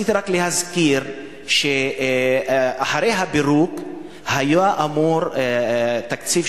רציתי רק להזכיר שאחרי הפירוק היה אמור להיות תקציב